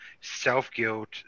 self-guilt